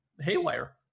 haywire